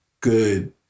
good